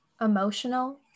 emotional